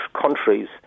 countries